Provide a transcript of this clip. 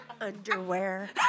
Underwear